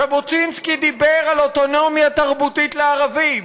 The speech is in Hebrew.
ז'בוטינסקי דיבר על אוטונומיה תרבותית לערבים.